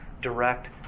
direct